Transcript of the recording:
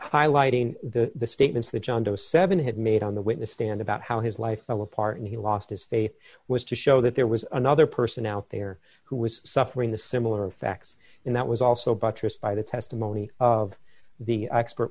highlighting the statements that john doe seven had made on the witness stand about how his life that was part and he lost his faith was to show that there was another person out there who was suffering the similar effects and that was also buttressed by the testimony of the expert